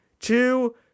two